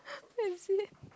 wait is it